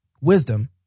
Wisdom